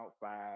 five